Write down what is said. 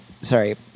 Sorry